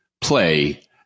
play